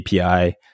API